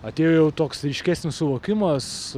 atėjo jau toks ryškesnis suvokimas